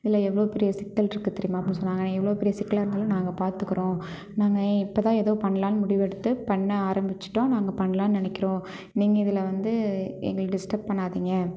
இதில் எவ்வளோ பெரிய சிக்கல் இருக்குது தெரியுமா அப்படின்னு சொன்னாங்க நான் எவ்வளோ பெரிய சிக்கலாக இருந்தாலும் நாங்கள் பார்த்துக்குறோம் நாங்கள் இப்போ தான் ஏதோ பண்ணலானு முடிவெடுத்து பண்ண ஆரம்பித்திட்டோம் நாங்கள் பண்ணலானு நினைக்கிறோம் நீங்கள் இதில் வந்து எங்களை டிஸ்டர்ப் பண்ணாதீங்க